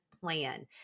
plan